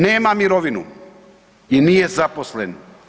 Nema mirovinu i nije zaposlen.